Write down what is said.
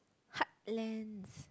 heartlands